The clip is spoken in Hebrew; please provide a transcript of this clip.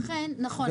נכון.